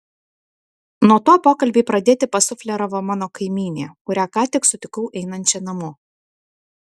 nuo to pokalbį pradėti pasufleravo mano kaimynė kurią ką tik sutikau einančią namo